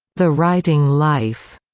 the writing life,